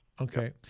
Okay